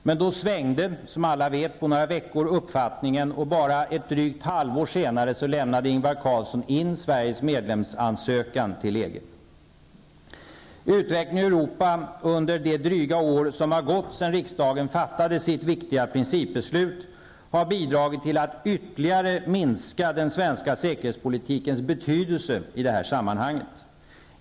Men då svängde, som alla vet, på några veckor uppfattningen, och bara ett drygt halvår senare lämnade Ingvar Carlsson in Sveriges medlemsansökan till EG. Utvecklingen i Europa under det dryga år som har gått sedan riksdagen fattade sitt viktiga principbeslut har bidragit till att ytterligare minska den svenska säkerhetspolitikens betydelse i det här sammanhanget.